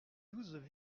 douze